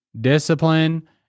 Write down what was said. Discipline